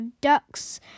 Ducks